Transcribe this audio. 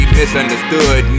misunderstood